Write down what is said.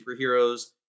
superheroes